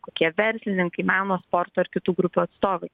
kokie verslininkai meno sporto ir kitų grupių atstovai